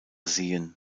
seen